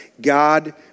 God